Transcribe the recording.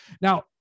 Now